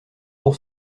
pour